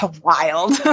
Wild